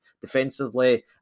defensively